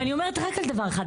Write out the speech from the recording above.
ואני אומרת רק על דבר אחד,